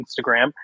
Instagram